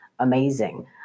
Amazing